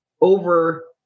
over